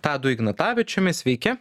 tadu ignatavičiumi sveiki